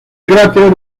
cráter